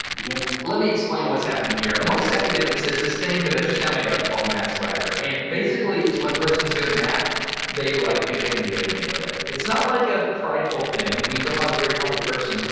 yep let me explain what's happening here, amongst academics there's this thing that i just now made up, called mathswagger and basically, it's when a person is good at math they like think they can do anything with it. it's not like a prideful thing, i mean doga is a very humble person.